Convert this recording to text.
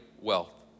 wealth